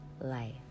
life